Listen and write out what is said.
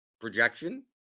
projection